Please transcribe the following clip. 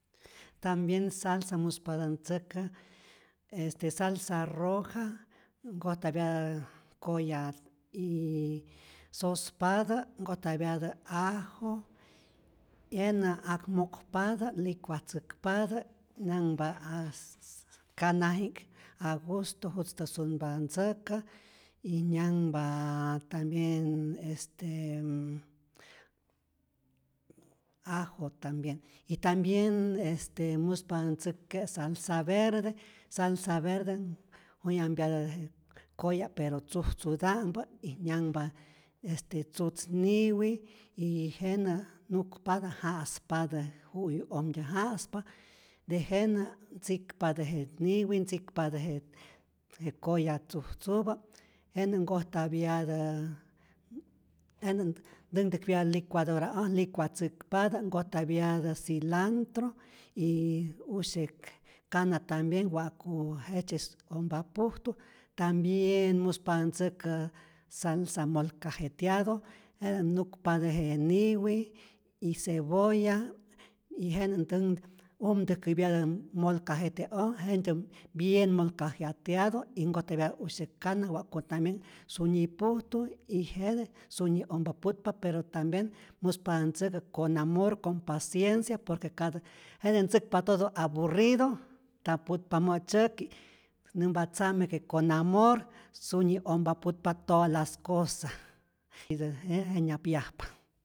Tambien salsa muspatä ntzäkä este salsa roja nkojyapyatä koya y sospatä nkojtapyatä ajo, jenä' ak mo'kpatä licuatzäkpatä, nyanhpa a canaji'k a gusto jutztä sunpa ntzäkä, y nyanhp tambien est ajo tambien, y tambien muspatä ntzäk'ke' salsa verde, salsa verde' jujyampyatä koya pero tzujtzuta'mpä y nyanhpa este tzutz niwi, y jenä nukpatä ja'spatä ju'yu'ojmtyä ja'spa, tejenä ntzikpatä je niwi, ntzikpatä je koya tzujtzupä, jenä nkojtapyatää, jenä' ntänhtäjkäpyatä licuadora'oj licuatzäkpatä, nkojtapyatä cilantro y usyäk kana, tambien wa'ku jejtzyes ompa pujtu, tambien muspatä ntzäkä salsa molcajeteado, jete nukpatä je niwi y cebolla y jenä ntänh ntänhtäjkäpyatä molcajete'oj, jentyä bien molcajeteado y nkotapyatä usyak kana wa'ku tambien sunyi pujtu y jete sunyi ompa putpa, pero tambien muspatä ntzäkä con amor, con paciencia, por que katä jete ntzäkpa todo aburrido nta putpa mä'tzyäki', numpa tzame que con amor sunyi ompa putpa toda las cosa, y de jenä jenyap yajpa.